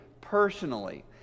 personally